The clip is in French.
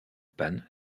panne